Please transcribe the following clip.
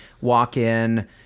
walk-in